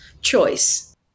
choice